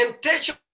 temptation